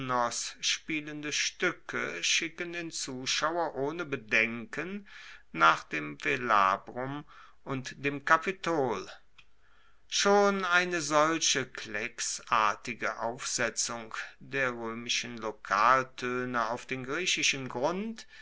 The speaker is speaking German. spielende stuecke schicken den zuschauer ohne bedenken nach dem velabrum und dem kapitol schon eine solche klecksartige aufsetzung der roemischen lokaltoene auf den griechischen grund